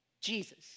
Jesus